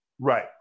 Right